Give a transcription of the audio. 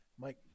mike